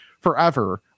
forever